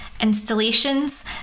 installations –